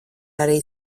arī